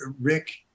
Rick